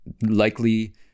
Likely